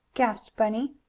gasped bunny.